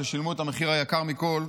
ששילמו את המחיר היקר מכול,